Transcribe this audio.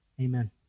Amen